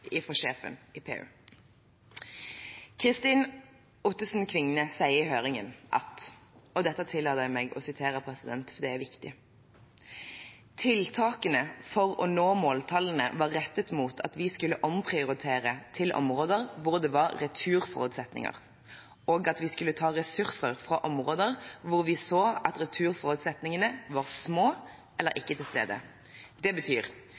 fra sjefen i PU om at det ikke skyldes noen åpning av en mulighet. Kristin Ottesen Kvigne sier i høringen – og dette tillater jeg meg å sitere, for det er viktig: «Tiltakene» for å nå måltallene «var rettet mot at vi skulle omprioritere til områder hvor det var returforutsetninger, og at vi skulle ta ressurser fra områder hvor vi så at returforutsetningene var små eller ikke tilstedeværende. Det betyr